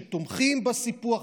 שתומכים בסיפוח,